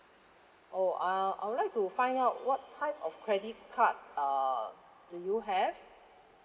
oh uh I would like to find out what type of credit card uh do you have